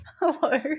Hello